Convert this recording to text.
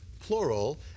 plural